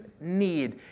need